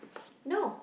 no